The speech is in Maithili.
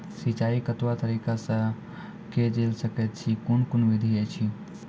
सिंचाई कतवा तरीका सअ के जेल सकैत छी, कून कून विधि ऐछि?